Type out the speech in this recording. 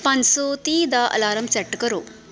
ਪੰਜ ਸੌ ਤੀਹ ਦਾ ਅਲਾਰਮ ਸੈੱਟ ਕਰੋ